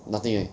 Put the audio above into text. nothing eh